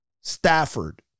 Stafford